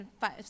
five